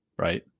right